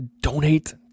donate